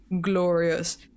glorious